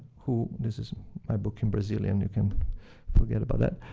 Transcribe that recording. who this is my book in brazilian, you can forget about that.